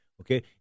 okay